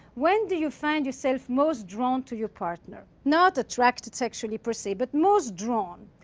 when do you find yourself most drawn to your partner? not attracted sexually, per se, but most drawn.